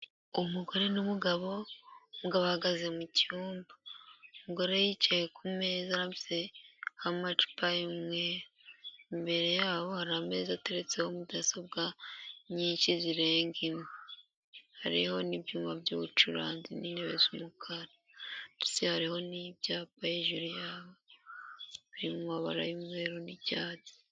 Umugore n'umugabo, umugabo ahagaze mu cyumba. Umugore yicaye ku meza arambitseho amacupa y'umweru. Imbere yabo hari ameza ateretseho mudasobwa nyinshi zirenga imwe. Hariho n'ibyuma by'ubucuranzi n'intebe z'umukara. Ndetse hariho n'ibyapa hejuru yaho, biri mu mabara y'umweru n'icyatsi.